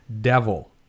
devil